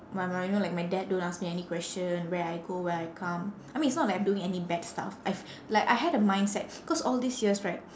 my my you know like my dad don't ask me any question where I go where I come I mean it's not like I'm doing any bad stuff I've like I had a mindset cause all these years right